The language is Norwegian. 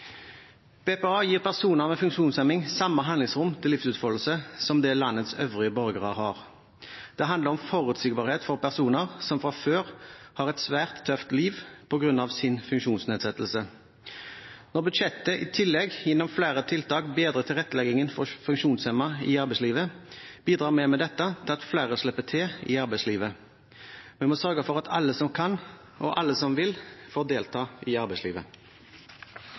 BPA gir personer med funksjonshemming samme handlingsrom til livsutfoldelse som det landets øvrige borgere har. Det handler om forutsigbarhet for personer som fra før har et svært tøft liv på grunn av sin funksjonsnedsettelse. Når budsjettet i tillegg gjennom flere tiltak bedrer tilretteleggingen for funksjonshemmede i arbeidslivet, bidrar vi med dette til at flere slipper til i arbeidslivet. Vi må sørge for at alle som kan og alle som vil, får delta i arbeidslivet.